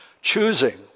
Choosing